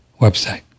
website